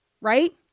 Right